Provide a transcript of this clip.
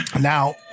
Now